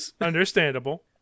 understandable